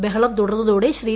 ബഹളംതുടർന്നതോടെ Shri